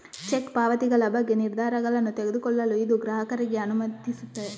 check ಪಾವತಿಗಳ ಬಗ್ಗೆ ನಿರ್ಧಾರಗಳನ್ನು ತೆಗೆದುಕೊಳ್ಳಲು ಇದು ಗ್ರಾಹಕರಿಗೆ ಅನುಮತಿಸುತ್ತದೆ